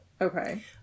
Okay